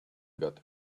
got